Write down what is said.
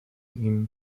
ihm